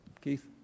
Keith